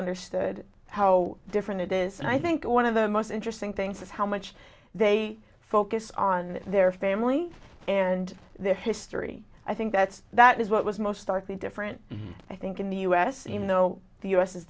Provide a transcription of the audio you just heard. understood how different it is and i think one of the most interesting things is how much they focus on their family and their history i think that's that is what was most starkly different i think in the u s you know the u s is